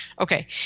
Okay